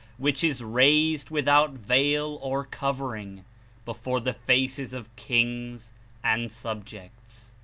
which is raised without veil or covering before the faces of kings and subjects,